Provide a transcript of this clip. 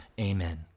amen